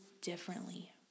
differently